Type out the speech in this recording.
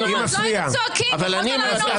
אם לא הייתם צועקים, יכולת לענות.